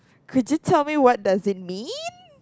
could you tell me what does it mean